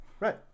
Right